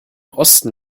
osten